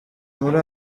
muri